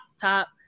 top